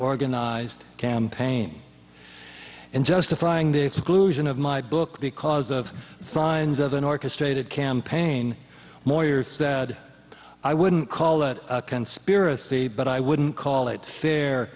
organized campaign and justifying the exclusion of my book because of signs of an orchestrated campaign more years said i wouldn't call that a conspiracy but i wouldn't call it fair